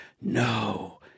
no